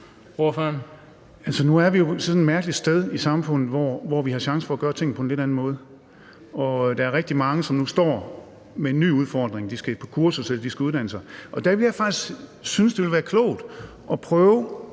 nu er vi jo sådan et mærkeligt sted i samfundet, hvor vi har mulighed for at gøre tingene på en lidt anden måde. Der er rigtig mange, som nu står med en ny udfordring, fordi de skal på kursus eller uddanne sig. Og der vil jeg faktisk synes, at det ville være klogt at prøve